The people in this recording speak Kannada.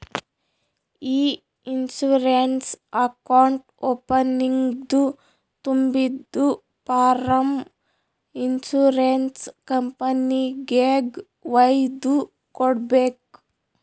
ಇ ಇನ್ಸೂರೆನ್ಸ್ ಅಕೌಂಟ್ ಓಪನಿಂಗ್ದು ತುಂಬಿದು ಫಾರ್ಮ್ ಇನ್ಸೂರೆನ್ಸ್ ಕಂಪನಿಗೆಗ್ ವೈದು ಕೊಡ್ಬೇಕ್